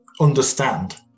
understand